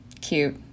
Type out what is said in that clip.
Cute